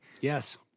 Yes